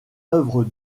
œuvre